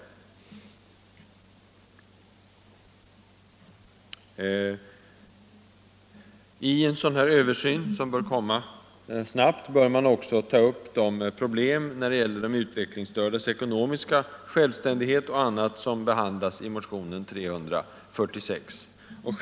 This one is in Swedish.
Vid en sådan översyn — som bör komma snabbt — bör man också ta upp de problem när det gäller de utvecklingsstördas ekonomiska självständighet och annat som behandlas i motionen 1975:346.